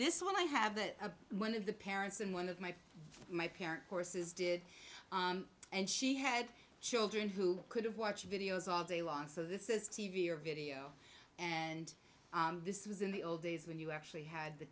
this one i have that one of the parents and one of my my parents horses did and she had children who could watch videos all day long so this is t v or video and this was in the old days when you actually had the